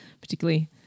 particularly